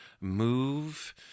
move